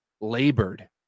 labored